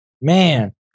man